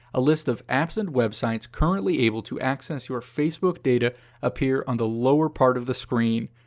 a list of apps and websites currently able to access your facebook data appear on the lower part of the screen.